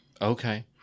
Okay